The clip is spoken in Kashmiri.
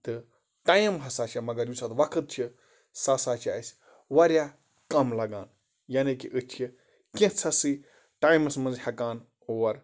تہٕ ٹایم ہسا چھُ مگر یُس اَتھ وقت چھُ سُہ ہسا چھُ اَسہِ واریاہ کَم لَگان یعنی کہِ أسۍ چھِ کیٚنٛژھسٕے ٹایمَس ہٮ۪کان اور